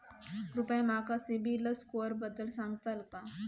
कृपया माका सिबिल स्कोअरबद्दल सांगताल का?